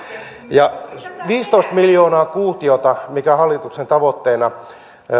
ja viisitoista miljoonaa kuutiota on hallituksen tavoitteena